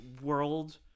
world